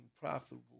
profitable